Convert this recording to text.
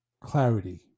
clarity